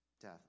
death